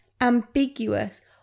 ambiguous